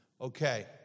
Okay